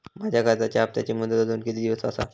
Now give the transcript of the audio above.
माझ्या कर्जाचा हप्ताची मुदत अजून किती दिवस असा?